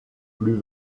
plus